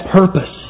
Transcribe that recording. purpose